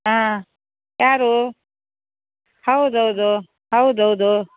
ಹಾಂ ಯಾರು ಹೌದು ಹೌದು ಹೌದು ಹೌದು